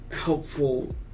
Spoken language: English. Helpful